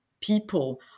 people